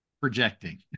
projecting